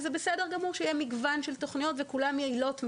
וזה בסדר גמור שיהיה מגוון תוכניות וכולן יעילות מאוד.